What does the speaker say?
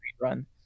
run